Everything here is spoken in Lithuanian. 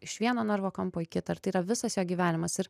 iš vieno narvo kampo į kitą ar tai yra visas jo gyvenimas ir